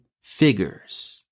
Figures